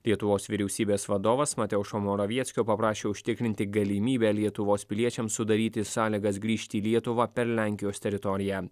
lietuvos vyriausybės vadovas mateušo moravieckio paprašė užtikrinti galimybę lietuvos piliečiams sudaryti sąlygas grįžti į lietuvą per lenkijos teritoriją